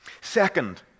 Second